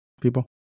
people